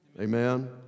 amen